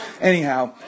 Anyhow